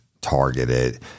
targeted